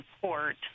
support